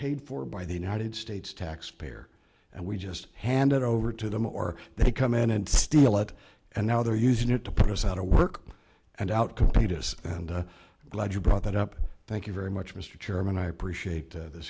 paid for by the united states taxpayer and we just hand it over to them or they come in and steal it and now they're using it to put us out of work and outcompete us and glad you brought that up thank you very much mr chairman i appreciate th